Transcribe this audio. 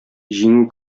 җиңү